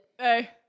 Hey